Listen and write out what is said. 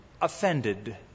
offended